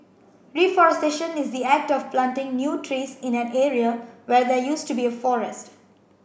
reforestation is the act of planting new trees in an area where there used to be a forest